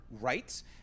rights